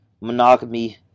monogamy